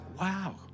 wow